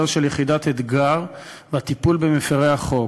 של יחידת "אתגר" והטיפול במפרי החוק.